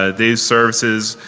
ah these services,